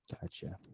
Gotcha